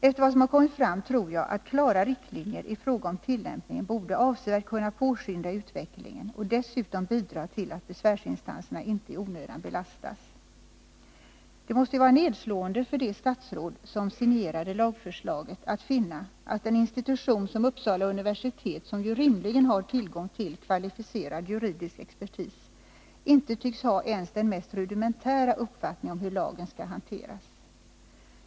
Efter vad som har kommit fram tror jag att klara riktlinjer i fråga om tillämpningen borde avsevärt kunna påskynda utvecklingen och dessutom bidra till att besvärsinstanserna inte i onödan belastas. Det måste ju vara nedslående för det statsråd som signerade lagförslaget att finna att en institution som Uppsala universitet, som ju rimligen har tillgång till kvalificerad juridisk expertis, inte tycks ha ens den mest rudimentära uppfattning om hur lagen skall hanteras.